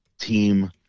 team